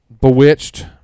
Bewitched